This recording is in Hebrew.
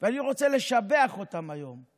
ואני רוצה לשבח אותם היום.